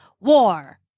war